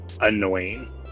annoying